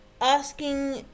asking